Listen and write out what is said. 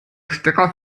stecker